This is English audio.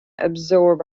absorb